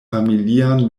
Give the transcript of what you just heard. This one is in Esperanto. familian